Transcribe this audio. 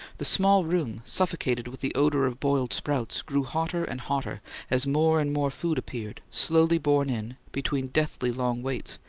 the small room, suffocated with the odour of boiled sprouts, grew hotter and hotter as more and more food appeared, slowly borne in, between deathly long waits,